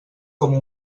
com